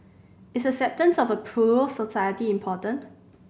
is acceptance of a plural society important